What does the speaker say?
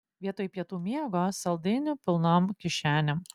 vietoj pietų miego saldainių pilnom kišenėm